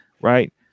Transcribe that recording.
Right